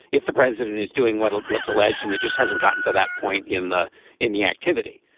if the president is doing what's what's alleged and it just hasn't gotten to that point in the in the activity.